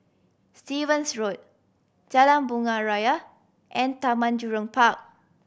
Stevens Road Jalan Bunga Raya and Taman Jurong Park